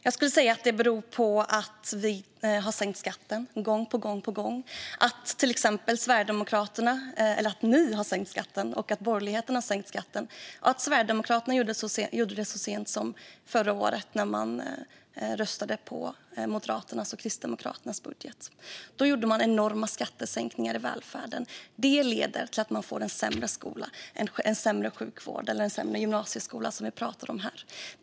Jag skulle säga att det beror på att borgerligheten har sänkt skatten gång på gång och att Sverigedemokraterna gjorde det så sent som förra året när man röstade på Moderaternas och Kristdemokraternas budget. Då gjorde man enorma skattesänkningar i välfärden, vilket leder till att man får en sämre skola, en sämre sjukvård och en sämre gymnasieskola, som vi talade om här.